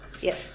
Yes